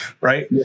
right